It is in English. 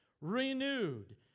renewed